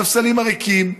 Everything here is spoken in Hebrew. הספסלים הריקים?